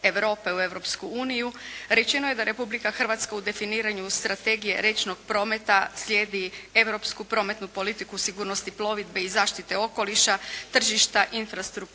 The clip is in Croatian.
u Europsku uniju. Rečeno je da Republika Hrvatska u definiranju strategije riječnog prometa slijedi europsku prometnu politiku o sigurnosti plovidbe i zaštite okoliša, tržišta, infrastrukture,